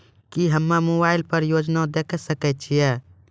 की हम्मे मोबाइल पर योजना देखय सकय छियै?